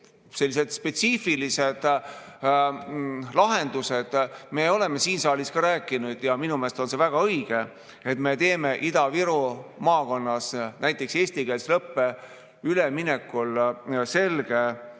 selliseid spetsiifilisi lahendusi. Me oleme siin saalis rääkinud sellest, ja minu meelest on see väga õige, et me teeme Ida-Viru maakonnas näiteks eestikeelsele õppele üleminekul selge